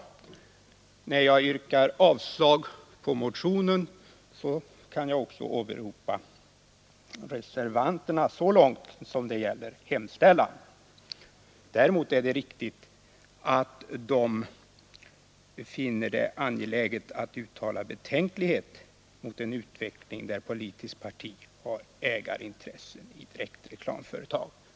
När jag yrkar avslag på motionen kan jag också åberopa reservanterna så långt det gäller hemställan. Däremot är det riktigt att de finner det angeläget att uttala betänkligheter mot en utveckling där politiskt parti har ägarintressen i ett reklamföretag.